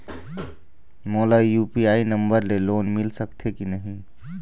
मोला UPI number ले loan मिल सकथे कि नहीं?